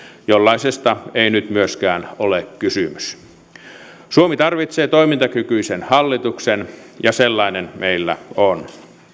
jollaisesta ei nyt myöskään ole kysymys suomi tarvitsee toimintakykyisen hallituksen ja sellainen meillä on